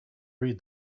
read